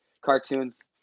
cartoons